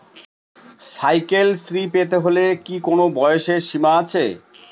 Cycle শ্রী পেতে হলে কি কোনো বয়সের সীমা আছে?